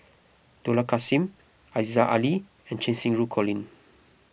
Dollah Kassim Aziza Ali and Cheng Xinru Colin